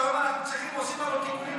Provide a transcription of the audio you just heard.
שהיום אנחנו עושים לו תיקון,